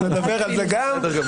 נדבר על זה גם.